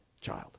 child